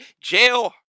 jail